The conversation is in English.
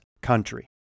country